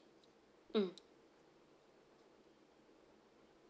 mm